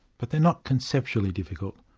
but they are not conceptually difficult.